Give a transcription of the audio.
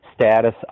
status